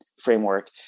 framework